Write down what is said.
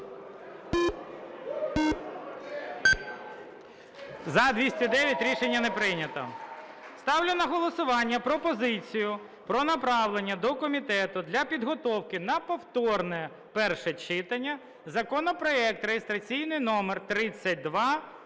За-209 Рішення не прийнято. Ставлю на голосування пропозицію про направлення до комітету для підготовки на повторне перше читання законопроект реєстраційний номер